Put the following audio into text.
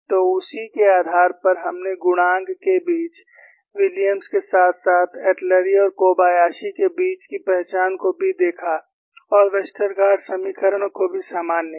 तो उसी के आधार पर हमने गुणांक के बीच विलियम्स के साथ साथ एटलुरी और कोबायाशी के बीच की पहचान को भी देखा और वेस्टरगार्ड समीकरणों को भी सामान्य किया